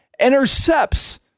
intercepts